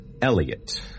Elliot